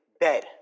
dead